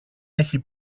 έχει